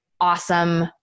awesome